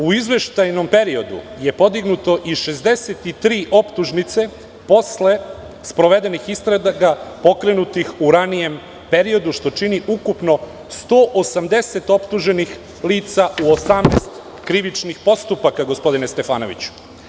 U izveštajnom periodu je podignuto 63 optužnice posle sprovedenih istraga pokrenutih u ranijem periodu, što čini ukupno 180 optuženih lica u 18 krivičnih postupaka gospodine Stefanoviću.